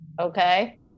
Okay